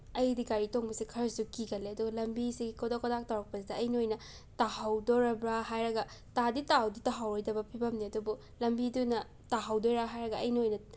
ꯑꯩꯗꯤ ꯒꯥꯔꯤ ꯇꯣꯡꯕꯁꯦ ꯈꯔꯁꯨ ꯀꯤꯒꯜꯂꯦ ꯑꯗꯨꯒ ꯂꯝꯕꯤꯁꯤ ꯀꯣꯗ꯭ꯔꯣꯛ ꯀꯗ꯭ꯔꯥꯛ ꯇꯧꯔꯛꯄꯁꯤꯗ ꯑꯩꯅ ꯑꯣꯏꯅ ꯇꯥꯍꯧꯗꯣꯔꯕ꯭ꯔꯥ ꯍꯥꯏꯔꯒ ꯇꯥꯗꯤ ꯇꯥꯎꯗꯤ ꯇꯥꯍꯧꯔꯣꯏꯕ ꯐꯤꯕꯝꯅꯤ ꯑꯗꯨꯕꯨ ꯂꯝꯕꯤꯗꯨꯅ ꯇꯥꯍꯧꯗꯣꯏꯔꯥ ꯍꯥꯏꯔꯒ ꯑꯩꯅ ꯑꯣꯏꯅ